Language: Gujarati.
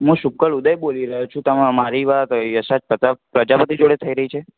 હું શુકર ઉદય બોલી રહ્યો છું તમે મારી વાત યશ પ્રજા પ્રજાપતિ સાથે થઈ રહી છે